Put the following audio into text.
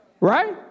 right